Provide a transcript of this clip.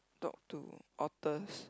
talk to authors